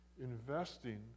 investing